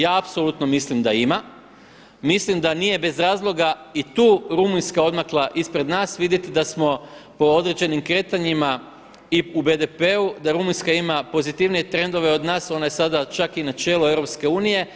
Ja apsolutno mislim da ima, mislim da nije bez razloga i tu Rumunjska odmakla ispred nas, vidite da smo po određenim kretanjima i u BDP-u da Rumunjska ima pozitivnije trendove od nas, ona je sada čak i na čelu EU.